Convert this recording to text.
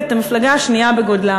המפלגה השנייה בגודלה,